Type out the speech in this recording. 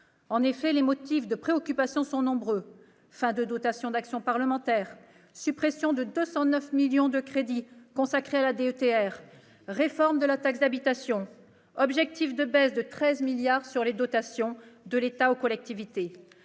En effet, les motifs de préoccupation sont nombreux : fin de la dotation d'action parlementaire, suppression de 209 millions d'euros de crédits consacrés à la DETR, réforme de la taxe d'habitation, objectif de baisse de 13 milliards d'euros sur les dotations de l'État aux collectivités,